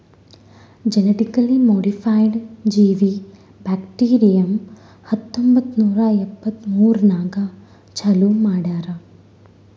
genetically modified ಜೀವಿ bacterium ಹತ್ತೊಂಬತ್ತು ನೂರಾ ಎಪ್ಪತ್ಮೂರನಾಗ್ ಚಾಲೂ ಮಾಡ್ಯಾರ್